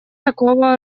такого